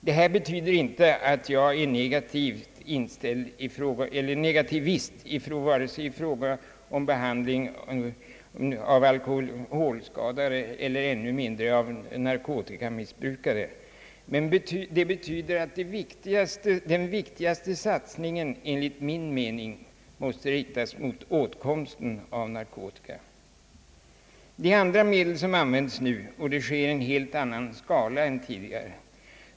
Det här betyder inte att jag är negativist, vare sig i fråga om behandling av alkoholskadade eller ännu mindre behandling av narkotikamissbrukare, men det betyder att den viktigaste satsningen enligt min mening måste riktas mot åtkomsten av narkotika. Det är andra medel som används nu än förr, och det sker i en helt annan skala än tidigare.